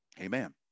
Amen